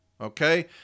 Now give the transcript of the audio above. Okay